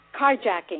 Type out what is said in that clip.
carjacking